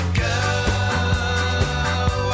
girl